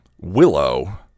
Willow